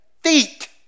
feet